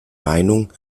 meinung